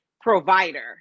provider